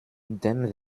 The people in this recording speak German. dem